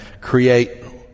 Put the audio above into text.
create